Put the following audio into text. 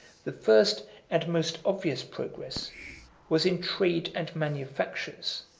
the first and most obvious progress was in trade and manufactures,